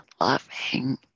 loving